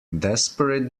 desperate